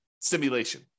simulation